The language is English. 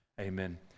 Amen